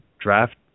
draft